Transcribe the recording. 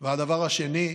והשני,